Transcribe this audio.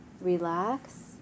relax